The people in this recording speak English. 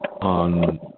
On